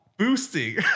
boosting